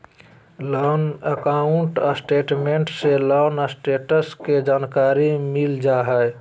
loan account statement से loan status के जानकारी मिल जा हय